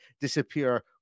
disappear